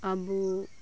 ᱟᱵᱚ